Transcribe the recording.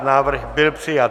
Návrh byl přijat.